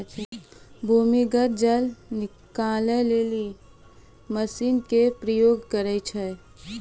भूमीगत जल निकाले लेलि मसीन केरो प्रयोग करै छै